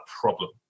problem